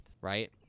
right